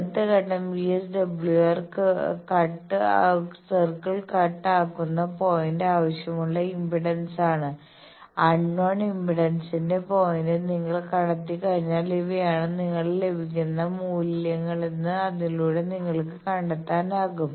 അടുത്ത ഘട്ടം VSWR circle cut ആകുന്ന പോയിന്റ് ആവശ്യമുള്ള ഇംപെഡൻസാണ് അൺനോൺ ഇംപെഡൻസിന്റെ പോയിന്റ് നിങ്ങൾ കണ്ടെത്തിക്കഴിഞ്ഞാൽ ഇവയാണ് നിങ്ങൾക്ക് ലഭിക്കുന്ന മൂല്യങ്ങളെന്ന് അതിലൂടെ നിങ്ങൾക്ക് കണ്ടെത്താനാകും